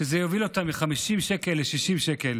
וזה יוביל אותם מ-50 שקל ל-60 שקל,